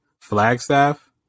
Flagstaff